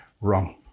wrong